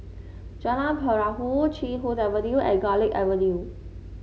Jalan Perahu Chee Hoon Avenue and Garlick Avenue